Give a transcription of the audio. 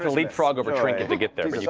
leapfrog over trinket to get there, but you